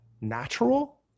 natural